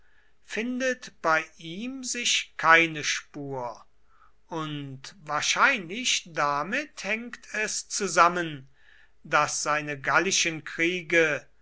findet bei ihm sich keine spur und wahrscheinlich damit hängt es zusammen daß seine gallischen kriege